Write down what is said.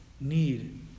need